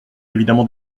évidemment